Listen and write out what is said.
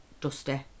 Dusty